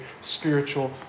spiritual